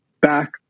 back